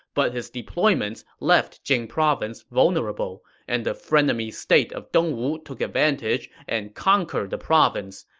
but his deployments left jing province vulnerable, and the frenemy state of dongwu took advantage and conquered the province.